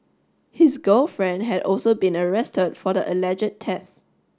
his girlfriend had also been arrested for the alleged theft